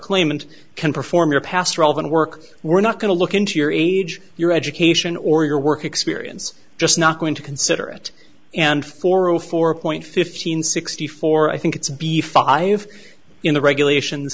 claimant can perform your past relevant work we're not going to look into your age your education or your work experience just not going to consider it and for all four point fifteen sixty four i think it's be five in the regulations